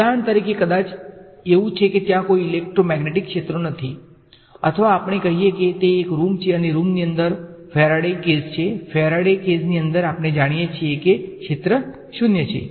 ઉદાહરણ તરીકે કદાચ એવું છે કે ત્યાં કોઈ ઇલેક્ટ્રોમેગ્નેટિક ક્ષેત્રો નથી અથવા આપણે કહીએ કે તે એક રૂમ છે અને રૂમની અંદર ફેરાડે કેજ છે ફેરાડે કેજની અંદર આપણે જાણીએ છીએ કે ક્ષેત્ર 0 છે